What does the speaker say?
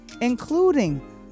including